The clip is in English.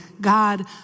God